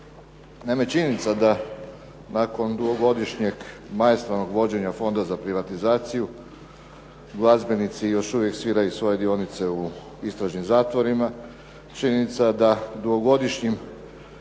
Naime, činjenica da nakon dugogodišnjeg maestralnog vođenja Fonda za privatizaciju, glazbenici još uvijek sviraju svoje dionice u istražnim zatvorima. Činjenica da dugogodišnjom